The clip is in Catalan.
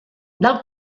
del